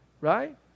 Right